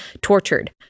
tortured